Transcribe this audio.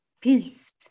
peace